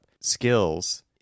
skills